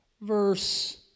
verse